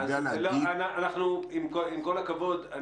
עם כל הכבוד,